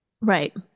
Right